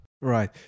Right